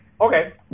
Okay